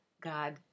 God